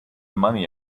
money